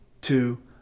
two